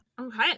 okay